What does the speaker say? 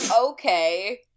okay